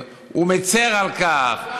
והוא מצר על כך,